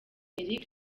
eric